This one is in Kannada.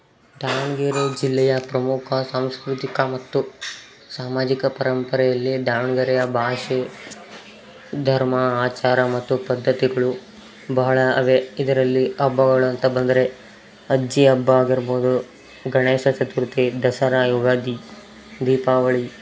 ದಾವಣಗೆರೆ ಜಿಲ್ಲೆಯ ಪ್ರಮುಖ ಸಾಂಸ್ಕೃತಿಕ ಮತ್ತು ಸಾಮಾಜಿಕ ಪರಂಪರೆಯಲ್ಲಿ ದಾವಣಗೆರೆಯ ಭಾಷೆ ಧರ್ಮ ಆಚಾರ ಮತ್ತು ಪದ್ಧತಿಗಳು ಬಹಳ ಇವೆ ಇದರಲ್ಲಿ ಹಬ್ಬಗಳು ಅಂತ ಬಂದರೆ ಅಜ್ಜಿ ಹಬ್ಬ ಆಗಿರ್ಬೌದು ಗಣೇಶ ಚತುರ್ಥಿ ದಸರಾ ಯುಗಾದಿ ದೀಪಾವಳಿ